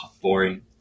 boring